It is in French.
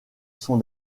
sont